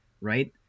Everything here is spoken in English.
right